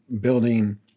building